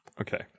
Okay